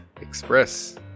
Express